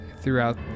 throughout